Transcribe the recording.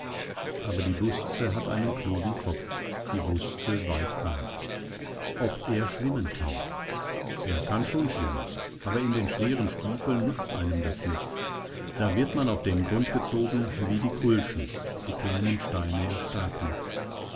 aber die busze hat einen klugen kopf die busze weiß rat ob er schwimmen kann er kann schon schwimmen aber in den schweren stiefeln nutzt einem das nichts da wird man auf den grund gezogen wie die kulschen die kleinen steine im